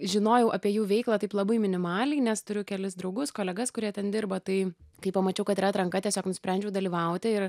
žinojau apie jų veiklą taip labai minimaliai nes turiu kelis draugus kolegas kurie ten dirba tai kai pamačiau kad yra atranka tiesiog nusprendžiau dalyvauti ir